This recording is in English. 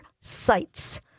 sites